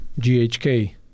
GHK